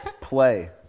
Play